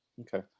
okay